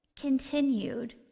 continued